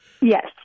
Yes